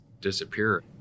disappear